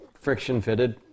friction-fitted